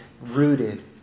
rooted